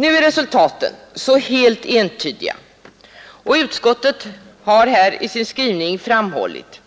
Nu är resultaten så helt entydiga, och utskottet har i sin skrivning framhållit